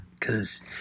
Cause